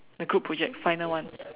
the group project final one